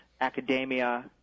academia